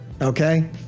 Okay